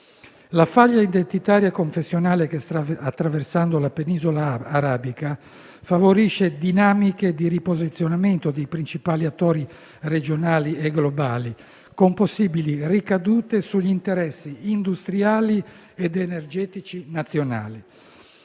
La faglia identitaria e confessionale che sta attraversando la Penisola arabica favorisce dinamiche di riposizionamento dei principali attori regionali e globali, con possibili ricadute sugli interessi industriali ed energetici nazionali.